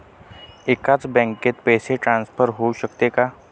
एकाच बँकेत पैसे ट्रान्सफर होऊ शकतात का?